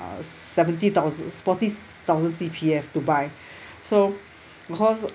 seventy thousand forty thousand C_P_F to buy so cause